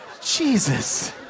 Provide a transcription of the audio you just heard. Jesus